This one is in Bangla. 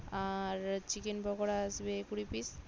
আর চিকেন পকোড়া আসবে কুড়ি পিস